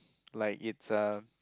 like it's a